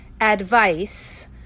ADVICE